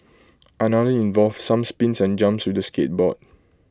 another involved some spins and jumps with the skateboard